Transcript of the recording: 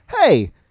Hey